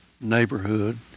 neighborhood